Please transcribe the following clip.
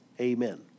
Amen